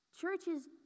churches